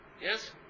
Yes